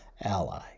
ally